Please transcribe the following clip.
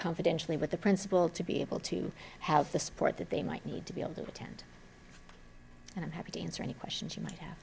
confidentially with the principal to be able to have the support that they might need to be able to attend and i'm happy to answer any questions y